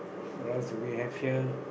or else we have here